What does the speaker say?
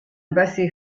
basset